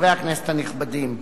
חברי הכנסת הנכבדים,